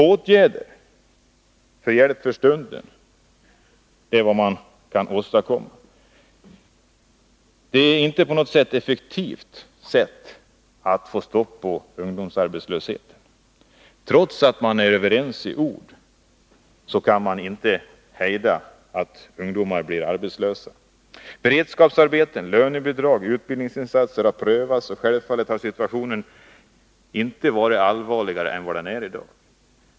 Åtgärder till hjälp för stunden är allt vad man kan åstadkomma. Detta är inte något effektivt sätt att få stopp på ungdomsarbetslösheten. Trots att man är överens i ord kan man inte undvika att ungdomar blir arbetslösa. Beredskapsarbeten, lönebidrag, utbildningsinsatser har prövats. Självfallet har situationen tidigare inte varit allvarligare än vad den är i dag.